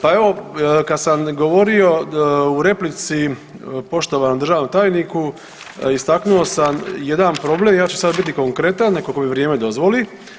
Pa evo kad sam govorio u replici poštovanom državnom tajniku istaknuo sam jedan problem, ja ću sada biti konkretan nekako mi vrijeme dozvoli.